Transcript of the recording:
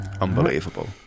Unbelievable